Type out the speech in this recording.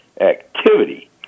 Activity